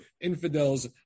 infidels